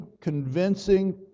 convincing